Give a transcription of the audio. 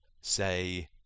say